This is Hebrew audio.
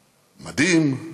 מדים,